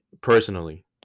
Personally